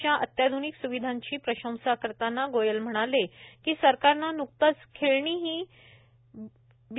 च्या अत्याध्निक स्विधांची प्रशंसा करताना गोयल म्हणाले की सरकारने न्कतेच खेळणी ही बी